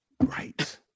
right